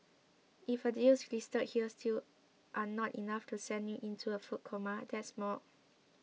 if the deals listed here still are not enough to send you into a food coma there's more